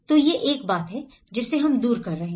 तो यह एक बात है जिसे हम दूर कर रहे हैं